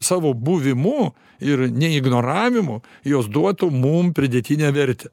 savo buvimu ir neignoravimu jos duotų mum pridėtinę vertę